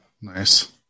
Nice